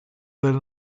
del